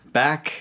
back